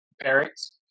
parents